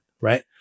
Right